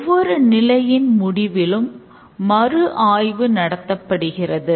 ஒவ்வொரு நிலையின் முடிவிலும் மறு ஆய்வு நடத்தப்படுகிறது